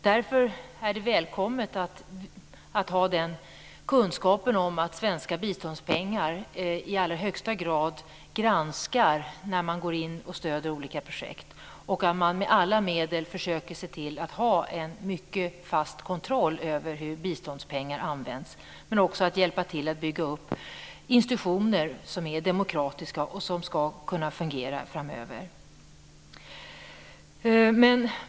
Därför är det välkommet att vi har kunskap om att svenska biståndspengar i allra högsta grad granskas när man stöder olika projekt. Man försöker med alla medel se till att ha en fast kontroll av hur biståndspengar används. Man hjälper också till att bygga upp institutioner som är demokratiska och som skall kunna fungera framöver.